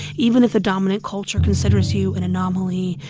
even if a dominant culture considers you an anomaly,